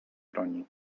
broni